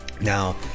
Now